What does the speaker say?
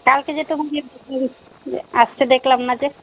কালকে যে তোমাকে আসতে দেখলাম না যে